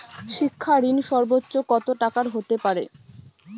শিক্ষা ঋণ সর্বোচ্চ কত টাকার হতে পারে?